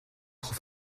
trop